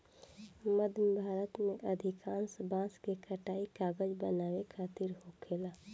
मध्य भारत में अधिकांश बांस के कटाई कागज बनावे खातिर होखेला